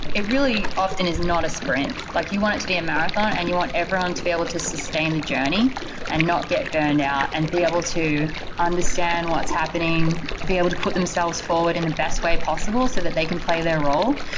it really often is not a sprint. like you want it to be a marathon and you want everyone to be able to sustain the journey and not get burned out and be able to understand what's happening, be able to put themselves forward in the best way possible so that they can play their role.